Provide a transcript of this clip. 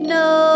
no